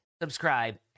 Subscribe